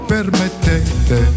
Permettete